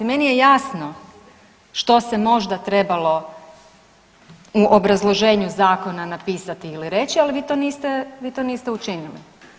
Meni je jasno što se možda trebalo u obrazloženju zakona napisati ili reći, ali vi to niste učinili.